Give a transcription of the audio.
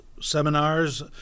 seminars